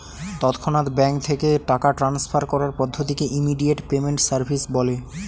তৎক্ষণাৎ ব্যাঙ্ক থেকে টাকা ট্রান্সফার করার পদ্ধতিকে ইমিডিয়েট পেমেন্ট সার্ভিস বলে